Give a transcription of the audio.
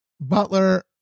Butler